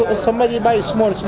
ah somebody buy small,